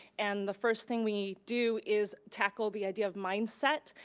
and the first thing we do is tackle the idea of mindset,